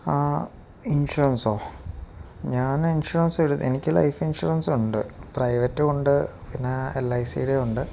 ആ ഇൻഷുറൻസോ ഞൻ ഇൻഷുറൻസ് എനിക്ക് ലൈഫ് ഇൻഷുറൻസ് ഉണ്ട് പ്രൈവറ്റ മുണ്ട് പിന്നെ എൽ ഐ സിയുടെ ഉണ്ട്